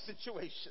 situation